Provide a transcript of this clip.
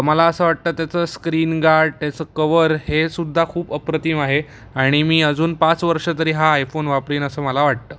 मला असं वाटतं त्याचं स्क्रीनगार्ड त्याचं कवर हे सुद्धा खूप अप्रतिम आहे आणि मी अजून पाच वर्षं तरी हा आयफोन वापरेन असं मला वाटतं